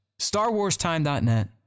Starwarstime.net